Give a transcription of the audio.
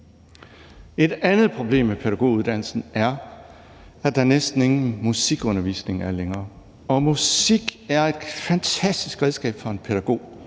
Et andet problem med pædagoguddannelsen er, at der næsten ingen musikundervisning er længere, og musik er et fantastisk redskab for en pædagog.